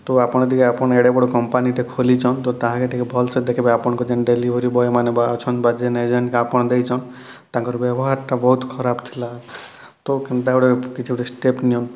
ତ ଆପଣ ଟିକେ ଆପଣ ଏଡ଼େ ବଡ଼ କମ୍ପାନୀଟେ ଖୋଲିଛନ୍ ତ ତାହାକେ ଟିକେ ଭଲ୍ସେ ଦେଖ୍ବେ ଆପଣଙ୍କ ଡେଲିଭରି୍ ବଏମାନେ ବା ଅଛନ୍ ବା ଜେନ୍ ଏଜେଣ୍ଟ୍କେ ଆପଣ ଦେଇଛନ୍ ତାଙ୍କର୍ ବ୍ୟବହାର୍ଟା ବହୁତ୍ ଖରାପ୍ ଥିଲା ତ କେନ୍ତା ଗୁଟେ କିଛି ଗୋଟେ ଷ୍ଟେପ୍ ନିଅନ୍